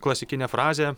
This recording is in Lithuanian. klasikinė frazė